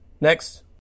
Next